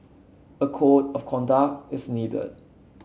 a code of conduct is needed